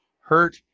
Hurt